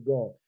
God